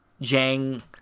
Jang